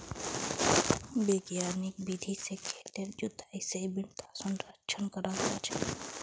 वैज्ञानिक विधि से खेतेर जुताई से मृदा संरक्षण कराल जा छे